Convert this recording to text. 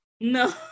No